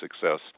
success